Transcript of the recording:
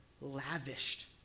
lavished